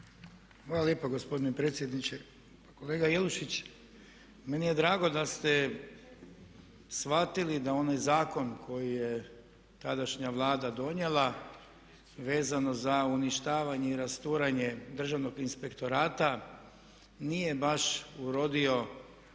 Hvala lijepo gospodine predsjedniče. Kolega Jelušić meni je drago da ste shvatili da onaj zakon koji je tadašnja Vlada donijela vezano za uništavanje i rasturanje državnog inspektorata nije baš urodio